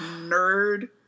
nerd